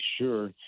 sure